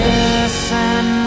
Listen